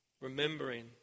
remembering